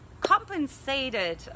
compensated